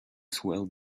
swell